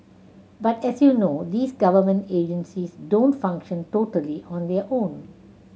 but as you know these government agencies don't function totally on their own